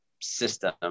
system